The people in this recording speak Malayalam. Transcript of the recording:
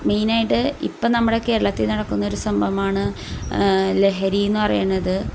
മെയിനായിട്ട് ഇപ്പോൾ നമ്മുടെ കേരളത്തിൽ നടക്കുന്ന ഒരു സംഭവമാണ് ലഹരിയെന്ന് പറയണത്